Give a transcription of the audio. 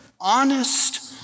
honest